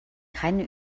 keine